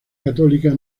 católica